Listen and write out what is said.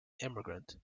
immigrant